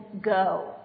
go